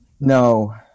No